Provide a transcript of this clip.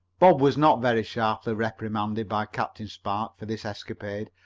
bob was not very sharply reprimanded by captain spark for this escapade,